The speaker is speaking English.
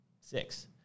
Six